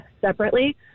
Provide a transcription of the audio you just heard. separately